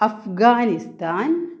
Afghanistan